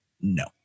No